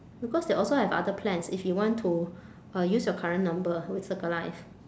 because they also have other plans if you want to uh use your current number with circle life